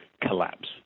collapse